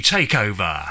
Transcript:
Takeover